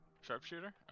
sharpshooter